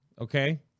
okay